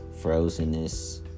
frozenness